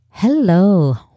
Hello